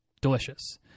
delicious